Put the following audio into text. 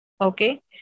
Okay